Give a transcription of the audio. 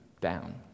down